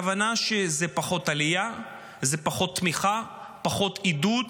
הכוונה שזה פחות עלייה וזה פחות תמיכה, פחות עידוד